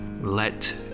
Let